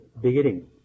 beginning